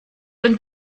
been